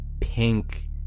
pink